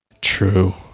True